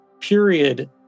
period